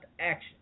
action